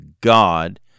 God